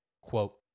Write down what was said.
Quote